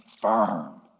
firm